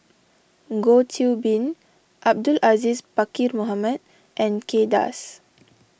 Goh Qiu Bin Abdul Aziz Pakkeer Mohamed and Kay Das